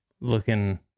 Looking